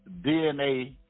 DNA